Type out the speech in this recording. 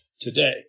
today